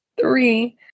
Three